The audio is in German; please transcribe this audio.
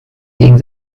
gegen